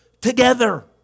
together